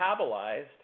metabolized